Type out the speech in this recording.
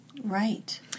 Right